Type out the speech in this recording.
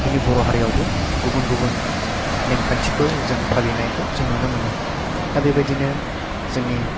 जोंनि बर' हारियावबो गुबुन गुबुन नेम खान्थिफोर जों फालिनायखौ जों नुनो मोनो दा बेबादिनो जाेंनि